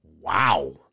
Wow